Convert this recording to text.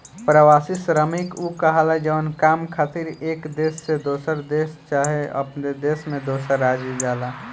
प्रवासी श्रमिक उ कहाला जवन काम खातिर एक देश से दोसर देश चाहे अपने देश में दोसर राज्य जाला